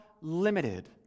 limited